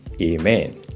Amen